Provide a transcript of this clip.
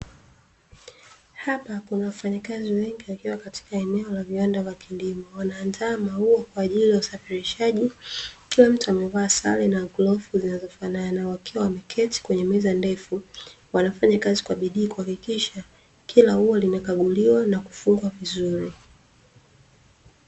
Hapa kuna wafanyakazi wengi wakiwa katika eneo la viwanda vya kilimo, wanaandaa maua kwa ajili ya usafirishaji. Kila mtu amevaa sare na glovu zinazofanana wakiwa wameketi kwenye meza ndefu. wanafanya kazi kwa bidii na kuhakikisha kila ua limekaguliwa na kufungwa vizuri.